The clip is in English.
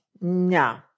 no